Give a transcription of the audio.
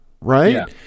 Right